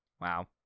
Wow